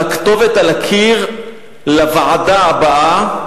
על הכתובת על הקיר לוועדה הבאה,